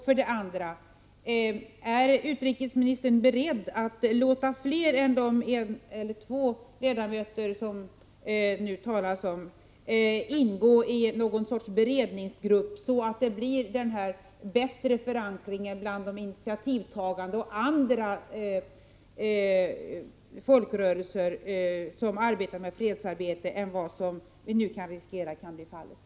För det andra: Är utrikesministern beredd att låta flera än de — en eller två —- ledamöter som har nämnts ingå i någon sorts beredningsgrupp, så att man undanröjer risken för en dålig förankring hos initiativtagarna och hos andra folkrörelser som ägnar sig åt fredsarbete?